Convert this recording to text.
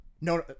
No